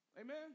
Amen